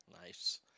Nice